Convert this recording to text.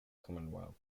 commonwealth